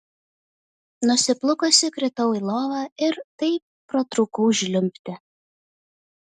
nusiplūkusi kritau į lovą ir taip pratrūkau žliumbti